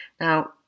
Now